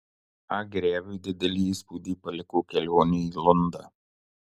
a greviui didelį įspūdį paliko kelionė į lundą